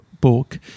book